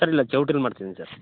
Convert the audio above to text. sir ಇಲ್ಲ ಚೌಟ್ರಿಲಿ ಮಾಡ್ತಿದ್ದೀನಿ ಸರ್